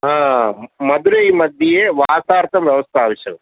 हा मधुरै मध्ये वासार्थं व्यवस्था आवश्यकं